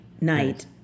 night